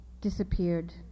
disappeared